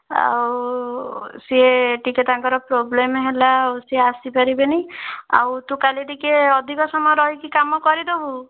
ଆଉ ସିଏ ଟିକିଏ ତାଙ୍କର ପ୍ରୋବ୍ଲେମ୍ ହେଲା ଆଉ ସିଏ ଆସିପାରିବେନି ଆଉ ତୁ କାଲି ଟିକିଏ ଅଧିକ ସମୟ ରହିକି କାମ କରିଦେବୁ